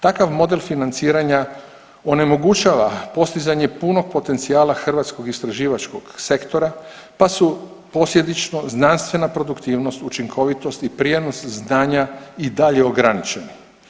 Takav model financiranja onemogućava postizanje punog potencijala hrvatskog istraživačkog sektora pa su posljedično znanstvena produktivnost, učinkovitost i prijenos znanja i dalje ograničeni.